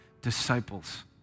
disciples